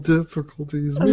Difficulties